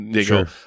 Sure